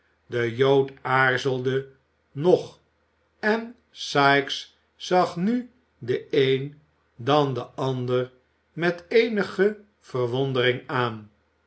de jood aarzelde nog en sikes zag nu den een dan de ander met eenige verwondering aan